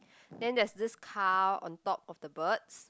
then there's this car on top of the birds